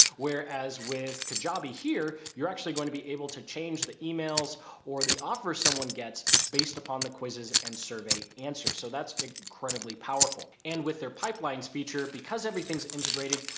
whereas with kajabi here, you're actually going to be able to change the emails or the offers someone gets based upon the quizzes and survey answers. so that's incredibly powerful. and with their pipelines feature, because everything's integrated,